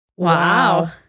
Wow